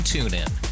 TuneIn